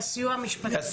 מהסיוע המשפטי?